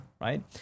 Right